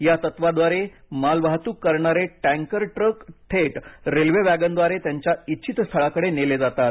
या तत्वाद्वारे मालवाहतूक करणारे ट्रक थेट रेल्वे वॅगनद्वारे त्यांच्या इच्छित स्थळाकडे नेले जातात